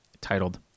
titled